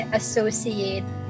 associate